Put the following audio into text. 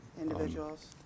individuals